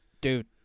dude